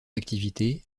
activité